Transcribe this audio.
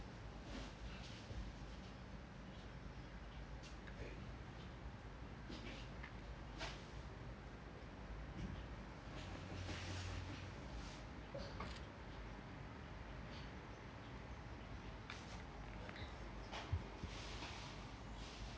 okay